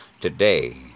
Today